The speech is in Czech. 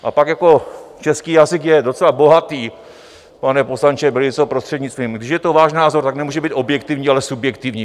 A pak jako český jazyk je docela bohatý, pane poslanče Bělico, prostřednictvím, když je to váš názor, tak nemůže být objektivní, ale subjektivní.